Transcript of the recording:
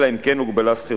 אלא אם כן הוגבלה סחירותו.